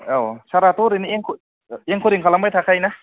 औ साराथ' ओरैनो एंकरिंग खालामबाय थाखायोना